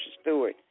Stewart